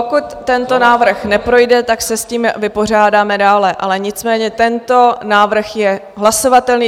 Pokud tento návrh neprojde, tak se s tím vypořádáme dále, ale nicméně tento návrh je hlasovatelný.